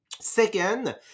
Second